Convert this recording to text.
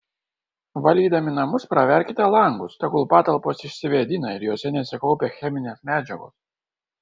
valydami namus praverkite langus tegul patalpos išsivėdina ir jose nesikaupia cheminės medžiagos